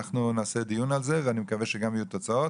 נקיים על זה דיון ואני מקווה שגם יהיו תוצאות.